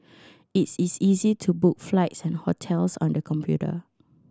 is is easy to book flights and hotels on the computer